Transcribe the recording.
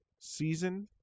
season